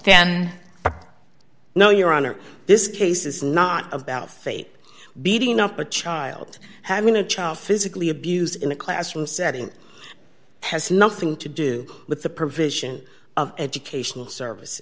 know your honor this case is not about fate beating up a child having a child physically abused in a classroom setting has nothing to do with the provision of educational service